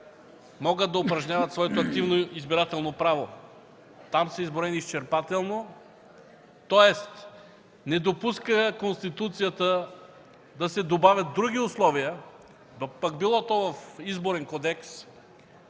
могат да упражняват своето активно избирателно право – там са изброени изчерпателно. Тоест Конституцията не допуска да се добавят други условия, пък било то в Изборен кодекс,